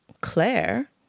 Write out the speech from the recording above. Claire